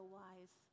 wise